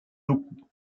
locaux